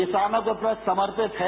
किसानों के प्रति समर्पित है